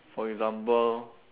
for example